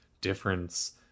difference